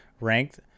ranked